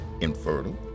infertile